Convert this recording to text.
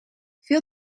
veel